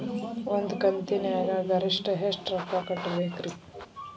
ಒಂದ್ ಕಂತಿನ್ಯಾಗ ಗರಿಷ್ಠ ಎಷ್ಟ ರೊಕ್ಕ ಕಟ್ಟಬೇಕ್ರಿ?